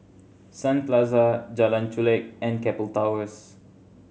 Sun Plaza Jalan Chulek and Keppel Towers